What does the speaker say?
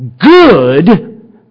good